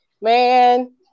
Man